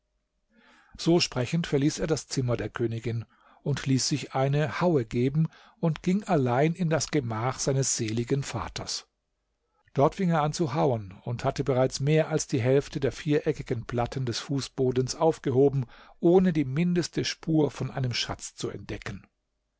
so sprechend verließ er das zimmer der königin ließ sich eine haue geben und ging allein in das gemach seines seligen vaters dort fing er an zu hauen und hatte bereits mehr als die hälfte der viereckigen platten des fußbodens aufgehoben ohne die mindeste spur von einem schatz zu entdecken